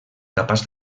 capaç